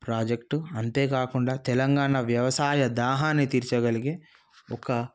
project అంతేకాకుండా తెలంగాణ వ్యవసాయ దాహాన్ని తీర్చగలిగే ఒక